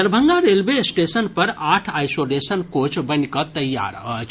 Darbhanga railway station पर आठ isolation coach बनिकऽ तैयार अछि